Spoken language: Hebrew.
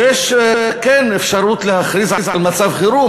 שיש כן אפשרות להכריז על מצב חירום,